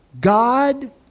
God